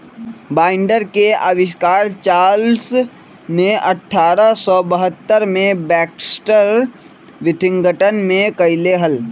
binder के आविष्कार Charles ने अठारह सौ बहत्तर में बैक्सटर विथिंगटन में कइले हल